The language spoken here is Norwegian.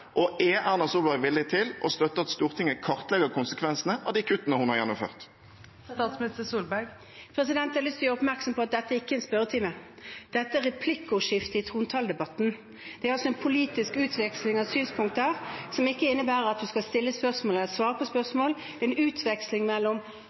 Og er Erna Solberg villig til å støtte at Stortinget kartlegger konsekvensene av de kuttene hun har gjennomført? Jeg har lyst til å gjøre oppmerksom på at dette ikke er en spørretime. Dette er et replikkordskifte i trontaledebatten. Det er altså en politisk utveksling av synspunkter, som ikke innebærer at man skal stille et spørsmål eller svare på